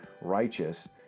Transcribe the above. righteous